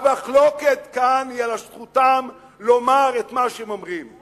המחלוקת כאן היא על זכותם לומר את מה שהם אומרים.